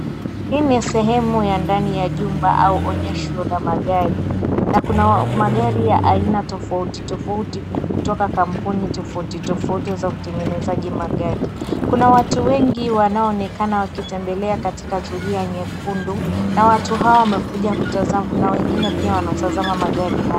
Hii ni sehemu ya ndani ya jumba au onyesho la magari na kuna magari ya aina tofauti tofauti kutoka kampuni tofauti tofauti za utengenezaji magari. Kuna watu wengi wanaoonekana wakitembelea katika zulia nyekundu na watu hawa wamekuja kutazama. Kuna wengine pia wanaotazama magari hayo.